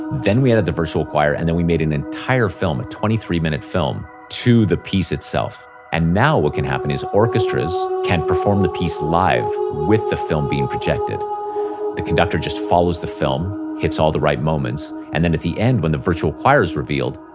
then we added the virtual choir and then we made an entire film, a twenty three minute film to the piece itself and now what can happen is orchestras can perform the piece live with the film being projected the conductor just follows the film hits all the right moments and then at the end when the virtual choir is revealed,